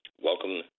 welcome